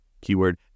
keyword